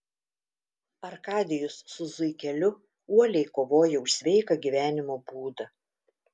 arkadijus su zuikeliu uoliai kovoja už sveiką gyvenimo būdą